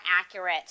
accurate